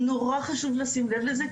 נורא חשוב לשים לב לזה,